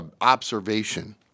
observation